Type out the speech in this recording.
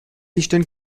eastern